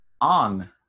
on